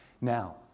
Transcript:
Now